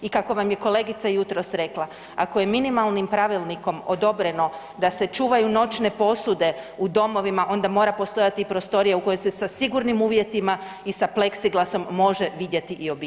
I kako vam je kolegica jutros rekla, ako je minimalnim Pravilnikom odobreno da se čuvaju noćne posude u domovima onda mora postojati i prostorija u kojoj se sa sigurnim uvjetima i sa pleksiglasom može vidjeti i obitelj.